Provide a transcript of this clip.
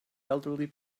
elderly